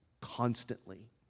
constantly